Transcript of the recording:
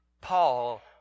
paul